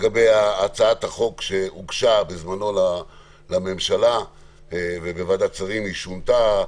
בנוגע להצעת החוק שהוגשה לממשלה ובוועדת השרים היא שונתה.